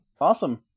awesome